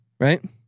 Right